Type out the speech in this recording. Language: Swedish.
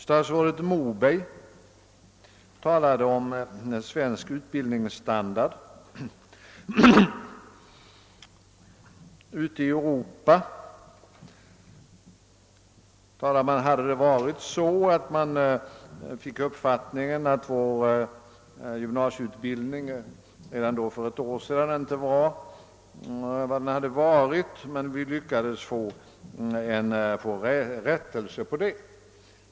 Statsrådet Moberg talade vidare om uppfattningen om svensk utbildningsstandard ute i Europa. Av hans framställning framgick att uppfattningen om svensk gymnasieutbildning redan för ett år sedan inte var vad den hade varit men att man sedan skulle ha lyckats få en rättelse härvidlag.